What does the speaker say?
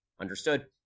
Understood